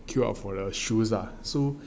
queue up for the shoes lah so